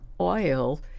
oil